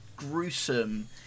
gruesome